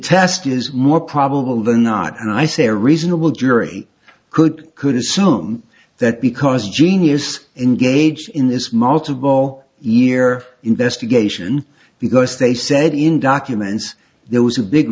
test is more probable than not and i say a reasonable jury could could assume that because a genius engaged in this multiple year investigation because they said in documents there was a big